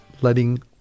letting